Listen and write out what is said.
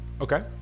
Okay